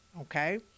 Okay